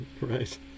right